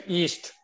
east